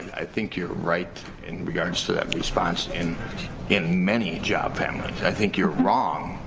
i think you're right in regards to that response in in many job families, i think you're wrong,